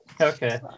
Okay